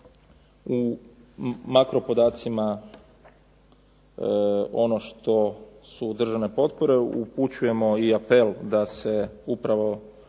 u makropodacima ono što su državne potpore. Upućujemo i apel da se upravo